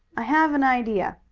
i have an idea,